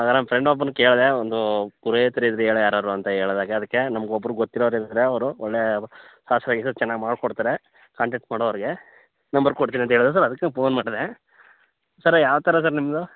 ಆಗ ನಮ್ಮ ಫ್ರೆಂಡ್ ಒಬ್ನಗೆ ಕೇಳಿದೆ ಒಂದು ಪುರೋಯಿತ್ರು ಇದ್ದರೆ ಹೇಳು ಯಾರಾರು ಅಂತ ಹೇಳಿದಾಗ ಅದಕ್ಕೆ ನಮ್ಗೆ ಒಬ್ಬರು ಗೊತ್ತಿರೋರು ಇದ್ದಾರೆ ಅವರು ಒಳ್ಳೇ ಶಾಸ್ತ್ರ ಗೀಸ್ತ್ರ ಚೆನ್ನಾಗಿ ಮಾಡ್ಕೊಡ್ತಾರೆ ಕಾಂಟ್ಯಾಕ್ಟ್ ಮಾಡು ಅವರಿಗೆ ನಂಬರ್ ಕೊಡ್ತೀನಿ ಅಂತ ಹೇಳಿದರು ಸರ್ ಅದಕ್ಕೆ ಫೋನ್ ಮಾಡಿದೆ ಸರ್ ಯಾವ್ತರ ಸರ್ ನಿಮ್ಮದು